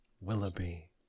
Willoughby